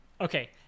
Okay